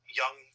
young